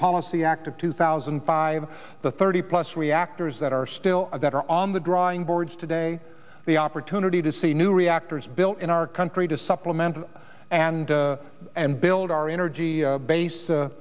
policy act of two thousand and five the thirty plus reactors that are still that are on the drawing boards today the opportunity to see new reactors built in our country to supplement and and build our energy base